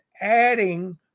adding